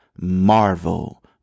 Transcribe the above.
Marvel